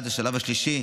עד השלב השלישי,